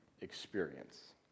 experience